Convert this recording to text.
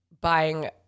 Buying